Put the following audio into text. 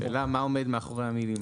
השאלה מה עומד מאחורי המילים האלה?